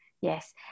Yes